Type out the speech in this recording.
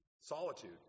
solitude